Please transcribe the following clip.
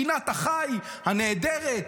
פינת החי הנהדרת,